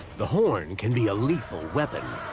the horn can be a lethal weapon,